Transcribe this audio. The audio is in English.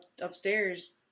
upstairs –